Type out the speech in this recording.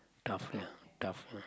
tough ya tough